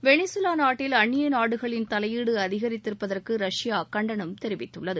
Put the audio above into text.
வெளிசுலா நாட்டில் அன்னிய நாடுகளின் தலையீடு அதிகரித்திருப்பதற்கு ரஷ்யா கண்டனம் தெரிவித்துள்ளது